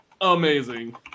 amazing